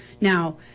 Now